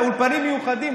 אולפנים מיוחדים,